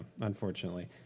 unfortunately